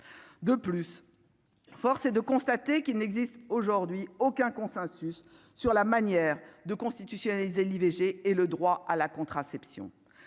de plus, force est de constater qu'il n'existe aujourd'hui aucun consensus sur la manière de constitutionnaliser l'IVG et le droit à la contraception,